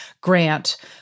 Grant